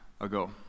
ago